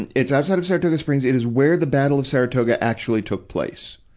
and it's outside of saratoga springs. it is where the battle of saratoga actually took place.